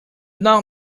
not